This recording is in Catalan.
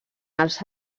els